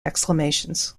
exclamations